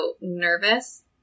nervous